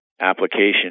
application